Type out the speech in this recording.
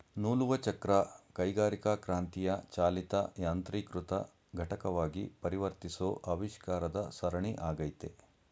ನೂಲುವಚಕ್ರ ಕೈಗಾರಿಕಾಕ್ರಾಂತಿಯ ಚಾಲಿತ ಯಾಂತ್ರೀಕೃತ ಘಟಕವಾಗಿ ಪರಿವರ್ತಿಸೋ ಆವಿಷ್ಕಾರದ ಸರಣಿ ಆಗೈತೆ